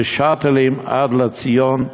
ב"שאטלים" עד לציון הרשב"י.